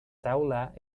taula